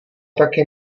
taky